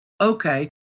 Okay